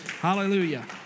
Hallelujah